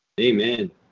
Amen